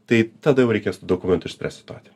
tai tada jau reikės dokumentu išspręst situaciją